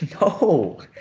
No